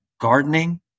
gardening